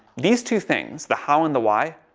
these two things, the how and the why,